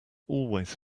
always